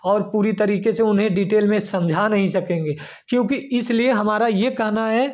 और पूरी तरीके से उन्हें डीटेल में समझा नहीं सकेंगे क्योंकि इसलिए हमारा यह कहना है